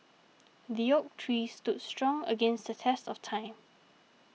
the oak tree stood strong against the test of time